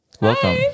welcome